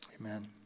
Amen